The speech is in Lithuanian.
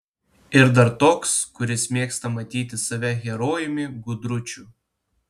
ir dar toks kuris mėgsta matyti save herojumi gudručiu